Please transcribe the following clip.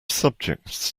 subjects